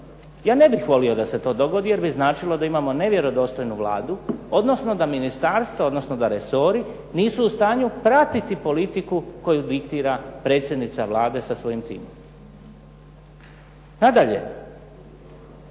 Ja ne bih volio da se to dogodi jer bi značilo da imao nevjerodostojnu Vladu, odnosno da ministarstva odnosno da resori nisu u stanju pratiti politiku koju diktira predsjednica Vlade sa svojim timom. Nadalje,